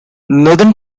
northern